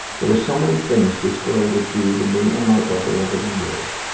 there were so many things this girl would do to me and my brother over the years.